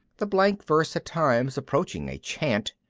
the blank verse at times approaching a chant.